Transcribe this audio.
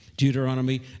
Deuteronomy